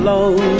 Alone